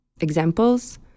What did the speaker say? examples